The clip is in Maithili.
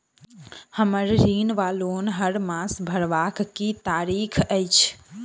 हम्मर ऋण वा लोन हरमास भरवाक की तारीख अछि?